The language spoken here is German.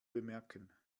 bemerken